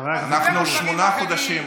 חבר הכנסת אבוטבול,